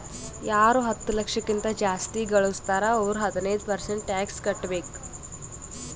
ಯಾರು ಹತ್ತ ಲಕ್ಷ ಕಿಂತಾ ಜಾಸ್ತಿ ಘಳುಸ್ತಾರ್ ಅವ್ರು ಹದಿನೈದ್ ಪರ್ಸೆಂಟ್ ಟ್ಯಾಕ್ಸ್ ಕಟ್ಟಬೇಕ್